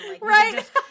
right